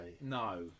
No